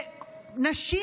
ונשים,